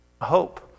hope